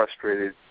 frustrated